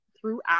throughout